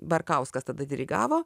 barkauskas tada dirigavo